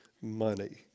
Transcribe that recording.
money